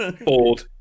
bored